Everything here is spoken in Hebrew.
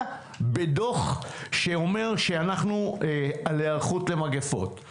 בדוח שאומר שאנחנו על היערכות למגפות,